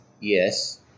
Yes